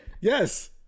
Yes